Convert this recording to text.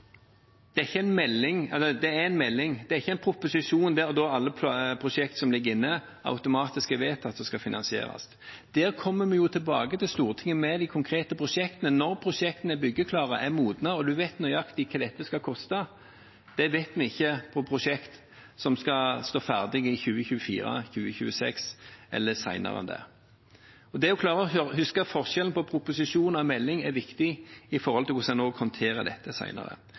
Det er ikke en proposisjon der alle prosjekter som ligger inne, automatisk er vedtatt og skal finansieres. Der kommer vi tilbake til Stortinget med de konkrete prosjektene når prosjektene er byggeklare, er modne, og en vet nøyaktig hva det skal koste. Det vet vi ikke for prosjekter som skal stå ferdige i 2024, 2026 eller senere enn det. Det å klare å huske forskjellen på en proposisjon og en melding er viktig med hensyn til hvordan en håndterer dette